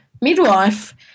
midwife